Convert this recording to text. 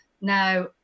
Now